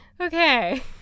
Okay